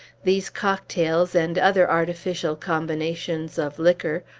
these cocktails, and other artificial combinations of liquor,